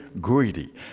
greedy